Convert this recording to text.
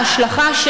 וההשלכה,